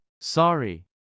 Sorry